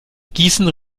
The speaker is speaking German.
gießen